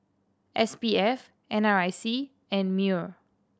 S P F N R I C and MEWR